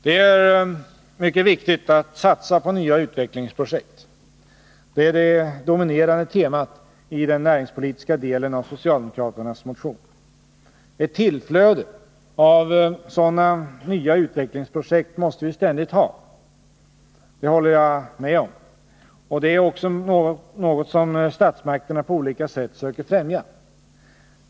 Det är mycket viktigt att satsa på nya utvecklingsprojekt. Det är det dominerande temat i den näringspolitiska delen av socialdemokraternas motion. Ett tillflöde av sådana nya utvecklingsprojekt måste vi ständigt ha. Det håller jag med om, och det är också något som statsmakterna på olika sätt söker främja.